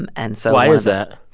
and and so. why is that?